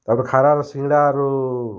ତା'ର୍ପରେ ଖାରାର୍ ସିଙ୍ଗଡ଼ା ଆରୁ